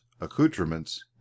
accoutrements